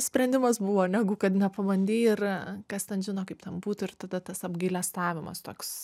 sprendimas buvo negu kad nepabandei ir kas ten žino kaip ten būtų ir tada tas apgailestavimas toks